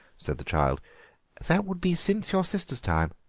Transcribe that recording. said the child that would be since your sister's time.